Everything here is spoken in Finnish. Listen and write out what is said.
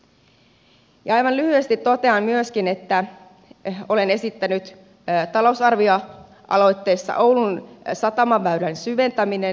ja aivan lyhyesti totean myöskin että olen esittänyt talousarvioaloitteessa oulun satamaväylän syventämisen